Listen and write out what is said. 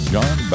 John